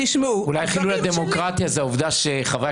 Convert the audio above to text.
אולי חילול הדמוקרטיה זו העובדה שחברי